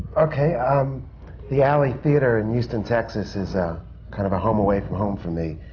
okay. um the alley theatre in houston, texas, is um kind of a home away from home for me.